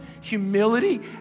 humility